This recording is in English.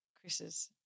Chris's